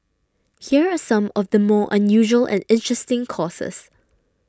here are some of the more unusual and interesting courses